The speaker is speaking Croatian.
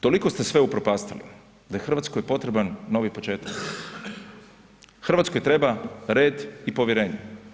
Toliko ste sve upropastili da je Hrvatskoj potreban novi početak, Hrvatskoj treba red i povjerenje.